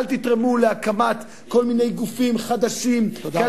אל תתרמו להקמת כל מיני גופים חדשים כאלה